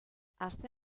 aste